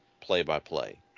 play-by-play